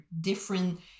different